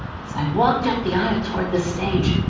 as i walked up the aisle toward the stage,